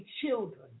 children